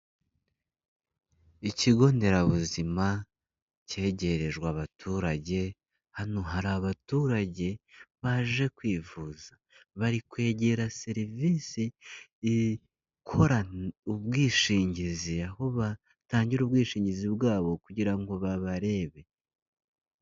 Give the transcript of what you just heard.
Ikigo nderabuzima cyegerejwe abaturage, hano hari abaturage baje kwivuza, bari kwegera serivisi ikora ubwishingizi, aho batangira ubwishingizi bwabo kugira ngo babarebe.